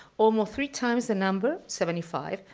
um three times the number, seventy five,